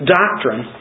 doctrine